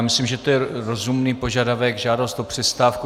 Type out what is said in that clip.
Myslím, že to je rozumný požadavek žádost o přestávku.